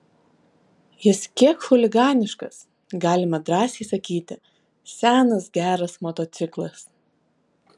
jis kiek chuliganiškas galima drąsiai sakyti senas geras motociklas